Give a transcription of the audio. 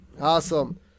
awesome